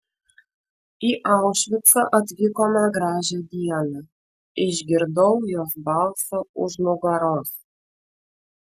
į aušvicą atvykome gražią dieną išgirdau jos balsą už nugaros